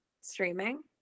streaming